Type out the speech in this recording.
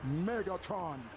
Megatron